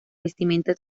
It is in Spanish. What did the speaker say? vestimenta